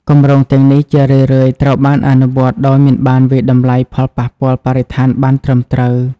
គម្រោងទាំងនេះជារឿយៗត្រូវបានអនុវត្តដោយមិនបានវាយតម្លៃផលប៉ះពាល់បរិស្ថានបានត្រឹមត្រូវ។